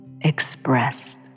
expressed